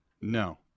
No